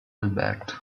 alberto